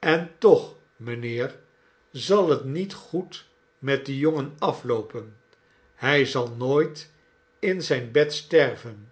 en toch mijnheer zal het niet goed met dien jongen afioopen hij zal nooit in zijn bed sterven